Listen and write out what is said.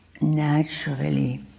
naturally